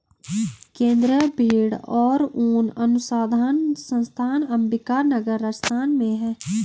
केन्द्रीय भेंड़ और ऊन अनुसंधान संस्थान अम्बिका नगर, राजस्थान में है